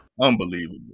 Unbelievable